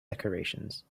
decorations